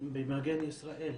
ישראל